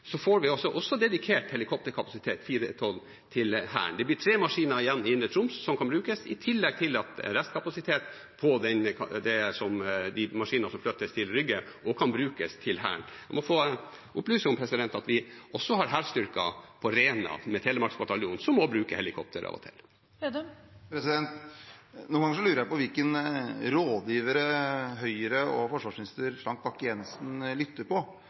får vi også dedikert helikopterkapasitet med Bell 412 til Hæren. Det blir tre maskiner igjen i Indre Troms som kan brukes, i tillegg til at restkapasitet på de maskinene som flyttes til Rygge, også kan brukes til Hæren. Jeg må få opplyse om at vi også har hærstyrker på Rena, Telemark bataljon, som også bruker helikopter av og til. Trygve Slagsvold Vedum – til oppfølgingsspørsmål. Noen ganger lurer jeg på hvilke rådgivere Høyre og forsvarsminister Frank Bakke-Jensen lytter til. Jeg tror det må være mer på